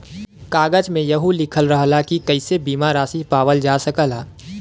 कागज में यहू लिखल रहला की कइसे बीमा रासी पावल जा सकला